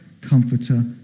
comforter